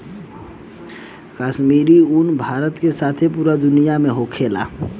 काश्मीरी उन भारत के साथे पूरा दुनिया में होखेला